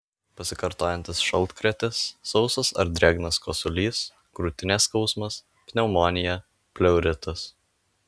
pasikartojantis šaltkrėtis sausas ar drėgnas kosulys krūtinės skausmas pneumonija pleuritas